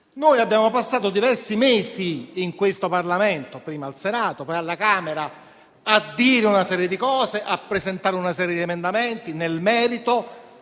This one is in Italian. Abbiamo passato diversi mesi in Parlamento (prima al Senato e poi alla Camera) a dire una serie di cose e a presentare diversi emendamenti nel merito.